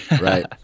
Right